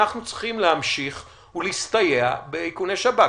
אנחנו צריכים להמשיך ולהסתייע באיכוני שב"כ.